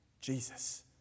Jesus